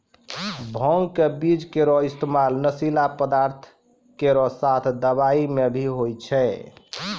भांग क बीज केरो इस्तेमाल नशीला पदार्थ केरो साथ दवाई म भी होय छै